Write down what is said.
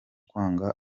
kwanga